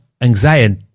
anxiety